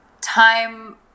time